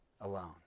alone